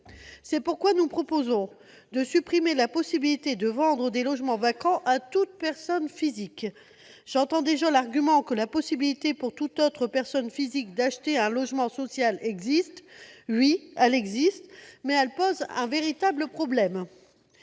C'est pourquoi nous proposons de supprimer la possibilité de vendre des logements vacants à toute personne physique. J'entends déjà certains m'opposer l'argument que la possibilité pour toute autre personne physique d'acheter un logement social existe. Oui, elle existe, mais elle pose un véritable problème